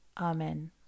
Amen